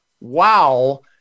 wow